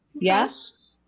Yes